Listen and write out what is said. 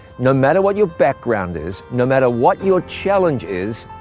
no matter what your background is, no matter what your challenge is,